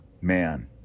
man